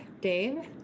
Dave